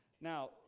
Now